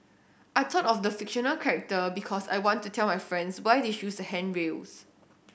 I thought of the fictional character because I want to tell my friends why they should use the handrails